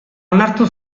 onartu